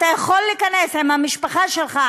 אתה יכול להיכנס עם המשפחה שלך,